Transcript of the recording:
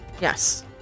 yes